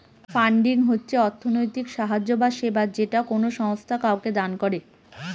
funding হচ্ছে অর্থনৈতিক সাহায্য বা সেবা যেটা কোনো সংস্থা কাউকে দান করে